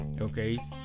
okay